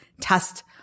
test